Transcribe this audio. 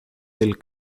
del